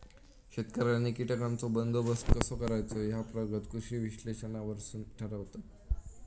शेतकऱ्यांनी कीटकांचो बंदोबस्त कसो करायचो ह्या प्रगत कृषी विश्लेषणावरसून ठरवतत